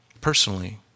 Personally